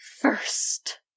first